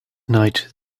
night